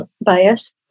Bias